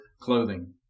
clothing